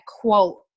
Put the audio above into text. quote